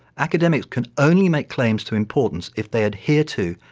academics can only make claims to importance if they adhere to,